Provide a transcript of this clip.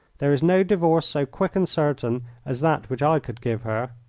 there is no divorce so quick and certain as that which i could give her.